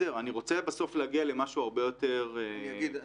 אני רוצה בסוף להגיע למשהו הרבה יותר מקיף,